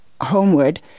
homeward